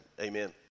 Amen